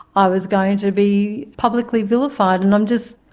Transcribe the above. i was going to be publicly vilified and i'm just,